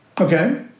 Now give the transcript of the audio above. Okay